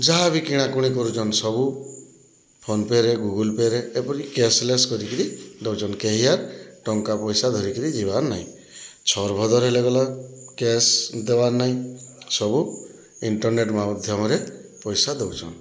ଯାହାବି କିଣା କୁଣି କରୁଛନ୍ ସବୁ ଫୋନପେରେ ଗୁଗୁଲପେରେ ଏପରି କ୍ୟାସଲେସ୍ କରିକିରି ଦଉଛନ୍ କେହି ଆର ଟଙ୍କା ପଇସା ଧରିକିରି ଯିବାର ନାହିଁ ଛର ଭଦର ହେଲେ ଗଲେ କେସ୍ ଦେବାର ନାହିଁ ସବୁ ଇଣ୍ଟରନେଟ୍ ମାଧ୍ୟମରେ ପଇସା ଦଉଛନ